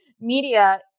media